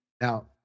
now